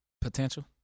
Potential